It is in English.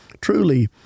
Truly